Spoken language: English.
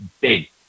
big